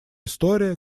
история